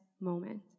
moment